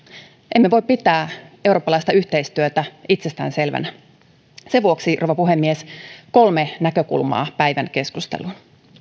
emme voi pitää eurooppalaista yhteistyötä itsestään selvänä sen vuoksi rouva puhemies kolme näkökulmaa päivän keskusteluun